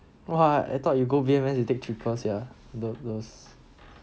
!wah! I thought you go B_M_S you take triple sia like those